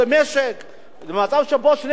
מצב שבו שני בני-הזוג עובדים,